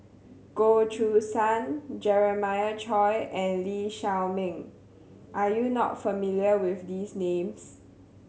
Goh Choo San Jeremiah Choy and Lee Shao Meng are you not familiar with these names